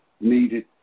needed